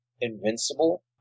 invincible